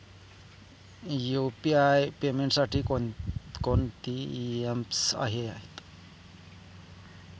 UPI पेमेंटसाठी कोणकोणती apps आहेत?